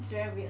it's very weird